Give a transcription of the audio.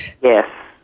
yes